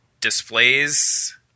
displays